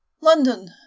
London